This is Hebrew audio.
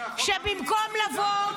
שבמקום לבוא --- רגע,